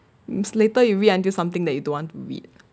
mm later you read until something that you don't want read